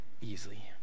easily